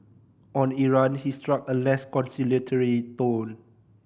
on Iran he struck a less conciliatory tone